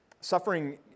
Suffering